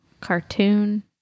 Cartoon